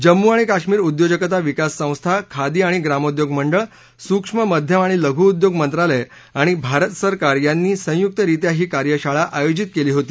जम्मू आणि कश्मीर उद्योजकता विकास संस्था खादी आणि ग्रामोद्योग मंडळ सुक्ष्म मध्यम आणि लघु उद्योग मंत्रालय आणि भारत सरकार यांनी संयुक्तरित्या ही कार्यशाळा आयोजित केली होती